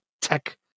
tech